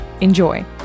Enjoy